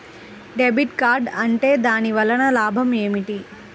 Debit card ఉంటే దాని వలన లాభం ఏమిటీ?